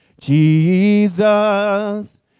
Jesus